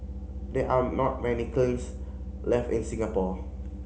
there are not many kilns left in Singapore